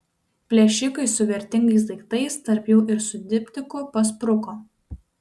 plėšikai su vertingais daiktais tarp jų ir su diptiku paspruko